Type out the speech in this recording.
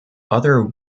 other